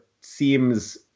seems